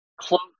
close